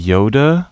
Yoda